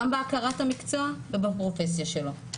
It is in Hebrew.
גם בהכרת המקצוע ובפרופסיה שלו.